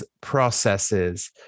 processes